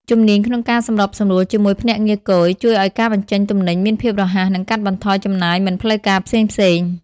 ជំនាញក្នុងការសម្របសម្រួលជាមួយភ្នាក់ងារគយ ជួយឱ្យការបញ្ចេញទំនិញមានភាពរហ័ស និងកាត់បន្ថយចំណាយមិនផ្លូវការផ្សេងៗ។